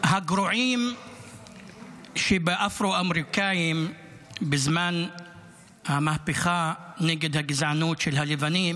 הגרועים שבאפרו-אמריקאים בזמן המהפכה נגד הגזענות של הלבנים